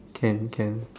can can